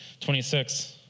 26